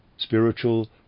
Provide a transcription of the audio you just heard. Spiritual